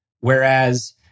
Whereas